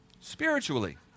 Spiritually